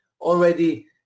already